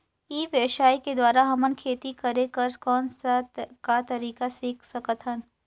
ई व्यवसाय के द्वारा हमन खेती करे कर कौन का तरीका सीख सकत हन?